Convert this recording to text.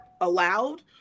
allowed